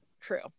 true